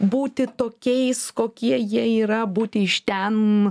būti tokiais kokie jie yra būti iš ten